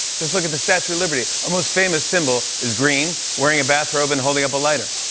just look at the statue of liberty. our most famous symbol is green, wearing a bathrobe, and holding up a lighter.